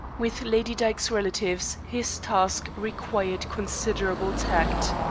with lady dyke's relatives his task required considerable tact.